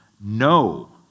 no